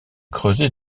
creusée